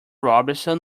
robinson